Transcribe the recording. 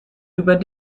über